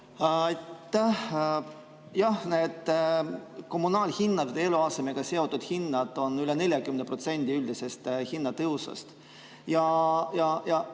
Need kommunaalhinnad ja eluasemega seotud hinnad on üle 40% üldisest hinnatõusust.